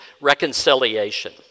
reconciliation